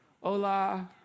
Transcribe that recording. Hola